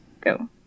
go